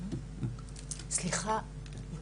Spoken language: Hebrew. סליחה, אני